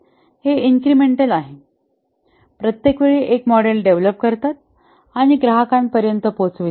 हे इन्क्रिमेंटल आहे प्रत्येक वेळी एक मॉडेल डेव्हलप करतात आणि ग्राहकां पर्यंत पोहोचवितात